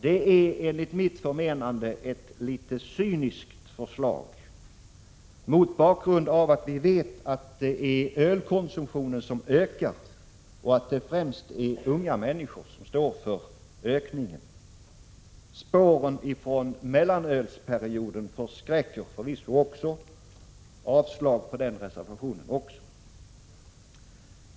Det är enligt mitt förmenande ett litet cyniskt förslag, mot bakgrund av att vi vet att det är ölkonsumtionen som ökar och att det främst är unga människor som står för ökningen. Spåren från mellanölsperioden förskräcker förvisso också. Jag yrkar avslag även på den reservationen.